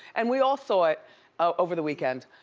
and we all saw it over the weekend.